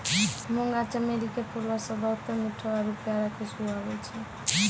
मुंगा चमेली के फूलो से बहुते मीठो आरु प्यारा खुशबु आबै छै